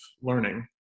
learning